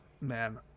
man